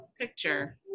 picture